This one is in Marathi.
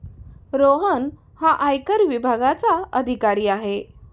रोहन हा आयकर विभागाचा अधिकारी आहे